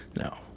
No